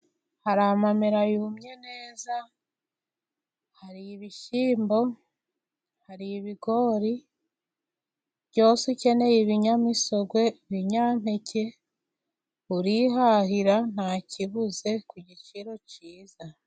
Hari amamera yumye neza, hari ibishyimbo, hari ibigori byose ukeneye ibinyamisogwe, ibinyampeke, urihahira nta kibuze, ku giciro cyiza.